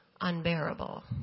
unbearable